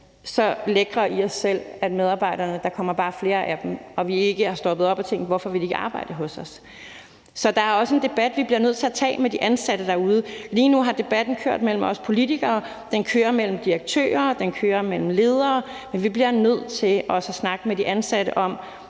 så lækre i os selv, at der bare kommer flere medarbejdere, og at vi ikke er stoppet op og har tænkt over, hvorfor de ikke vil arbejde hos os. Så der er også en debat, som vi bliver nødt til at tage med de ansatte derude. Lige nu har debatten kørt mellem os politikere. Den kører mellem direktører. Den kører mellem ledere. Men vi bliver nødt til også at snakke med de ansatte om,